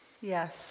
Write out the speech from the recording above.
Yes